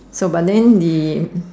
so but then the